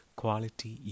quality